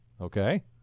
Okay